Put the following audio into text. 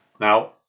Now